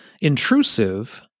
intrusive